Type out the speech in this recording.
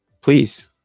please